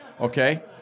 Okay